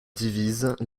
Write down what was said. divise